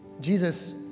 Jesus